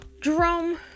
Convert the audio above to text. Jerome